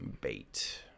Bait